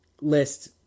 list